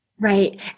Right